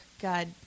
God